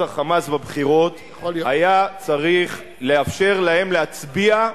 ה"חמאס" בבחירות היה צריך לאפשר להם להצביע,